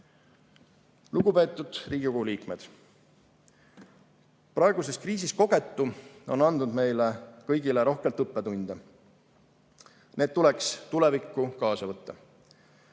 Riigikogu liikmed! Praeguses kriisis kogetu on andnud meile kõigile rohkelt õppetunde. Need tuleks tulevikku kaasa võtta.